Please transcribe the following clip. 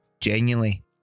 genuinely